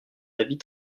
avis